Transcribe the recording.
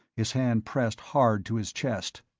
his hand pressed hard to his chest.